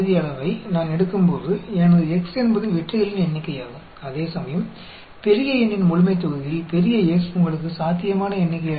और जब मैं 5 का सैंपल लेती हूं तो 5 छोटा n 5 होगा और अगर मुझे इसमें 1 काली गेंद मिलती है तो सफलता x 1 होगी